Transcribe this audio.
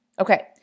Okay